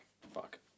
fuck